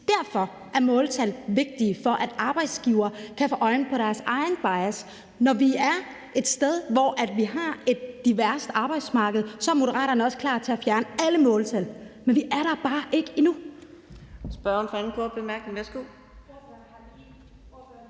Derfor er måltal vigtige, nemlig for at arbejdsgivere kan få øje på deres egen bias. Når vi er et sted, hvor vi har et diverst arbejdsmarked, er Moderaterne også klar til at fjerne alle måltal, men vi er der bare ikke endnu.